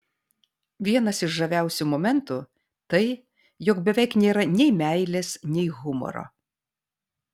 vienas iš žaviausių momentų tai jog beveik nėra nei meilės nei humoro